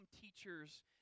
teachers